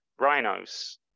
rhinos